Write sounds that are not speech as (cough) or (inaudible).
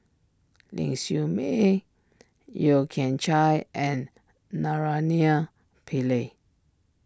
Ling Siew May Yeo Kian Chye and (unintelligible) Pillai